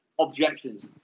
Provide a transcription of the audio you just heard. Objections